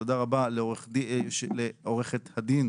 תודה רבה לעורכת הדין